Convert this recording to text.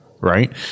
right